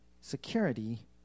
security